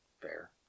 Fair